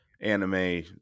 anime